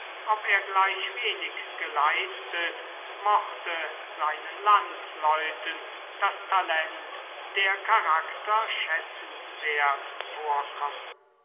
ob er gleich wenig geleistet mochte seinen landsleuten das talent der charakter schätzenswert vorkommen